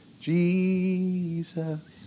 Jesus